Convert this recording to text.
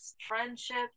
friendships